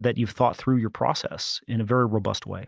that you've thought through your process in a very robust way.